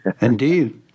Indeed